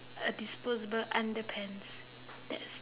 a disposable underpants that's